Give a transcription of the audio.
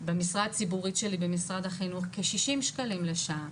במשרה הציבורית שלי במשרד החינוך כשישים שקלים לשעה